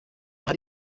hari